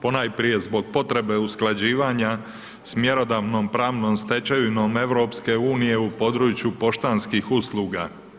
Ponajprije zbog potrebe usklađivanja sa mjerodavnom pravnom stečevinom EU u području poštanskih usluga.